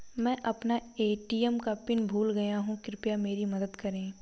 मैं अपना ए.टी.एम का पिन भूल गया हूं, कृपया मेरी मदद करें